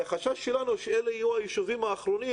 החשש שלנו שאלה יהיו היישובים האחרונים